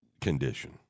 condition